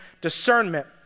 discernment